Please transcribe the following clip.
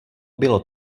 bylo